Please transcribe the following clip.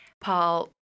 Paul